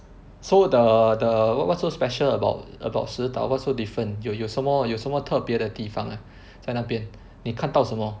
so the the what what's so special about about 石岛 what's so different 有有有什么有什么特别的地方 ah 在那边你看到什么